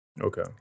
okay